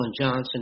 Johnson